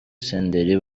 senderi